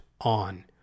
on